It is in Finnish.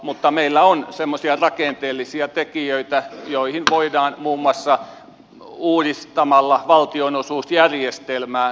mutta meillä on semmoisia rakenteellisia tekijöitä joihin voidaan puuttua muun muassa uudistamalla valtionosuusjärjestelmää voidaan parantaa sitten näitä tasa arvoisia koulutuksen ja